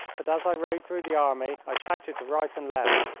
but as i rode through the army i shouted to right and left,